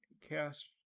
cast